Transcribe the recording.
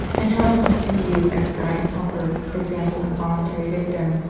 and held him up to view as guide and helper, example and voluntary victim,